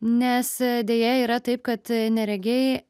nes deja yra taip kad neregiai